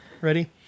ready